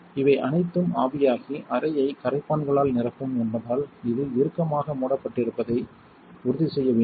இவை அனைத்தும் ஆவியாகி அறையை கரைப்பான்களால் நிரப்பும் என்பதால் இது இறுக்கமாக மூடப்பட்டிருப்பதை உறுதிசெய்ய வேண்டும்